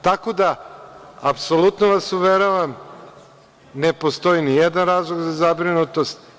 Tako da, apsolutno vas uveravam, ne postoji ni jedan razlog za zabrinutost.